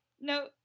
no